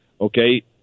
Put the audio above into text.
Okay